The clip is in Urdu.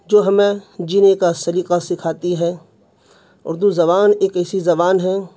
جو ہمیں جینے کا سلیقہ سکھاتی ہے اردو زبان ایک ایسی زبان ہے